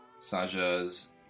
Saja's